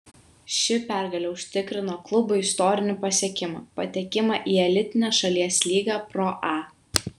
ši pergalė užtikrino klubui istorinį pasiekimą patekimą į elitinę šalies lygą pro a